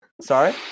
Sorry